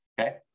Okay